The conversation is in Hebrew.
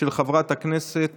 של חברת הכנסת